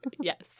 Yes